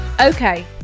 okay